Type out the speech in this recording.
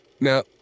Now